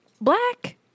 black